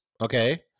Okay